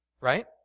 right